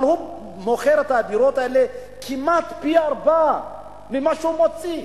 אבל הוא מוכר את הדירות האלה בכמעט פי-ארבעה ממה שהוא מוציא.